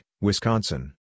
Wisconsin